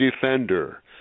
defender